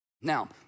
Now